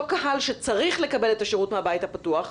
קהל שצריך לקבל את השירות מהבית הפתוח,